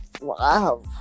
wow